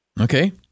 Okay